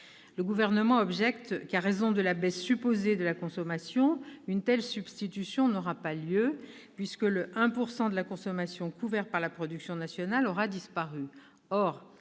Le Gouvernement objecte que, en raison de la baisse supposée de la consommation, une telle substitution n'aura pas lieu, puisque le 1 % de la consommation couvert par la production nationale aura disparu.